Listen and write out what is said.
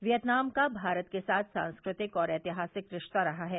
Vietnam का भारत के साथ सांस्कृतिक और ऐतिहासिक रिश्ता रहा है